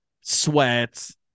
Sweats